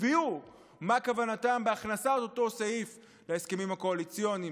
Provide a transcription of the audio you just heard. הביעו את כוונתם בהכנסת אותו סעיף להסכמים הקואליציוניים,